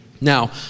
Now